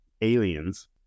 aliens